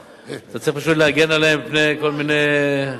צריך פשוט להגן עליהם מפני כל מיני תוקפים.